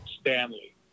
Stanley